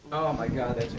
oh my god,